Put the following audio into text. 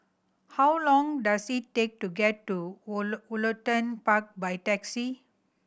how long does it take to get to Woollerton Park by taxi